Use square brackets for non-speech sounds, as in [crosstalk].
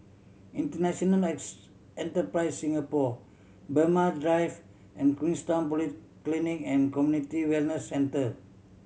International [unintelligible] Enterprise Singapore Braemar Drive and Queenstown Polyclinic And Community Wellness Center